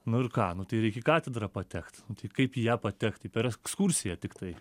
nu ir ką nu tai reik į katedrą patekt nu tai kaip į ją patekti per ekskursiją tiktai